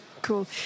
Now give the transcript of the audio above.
cool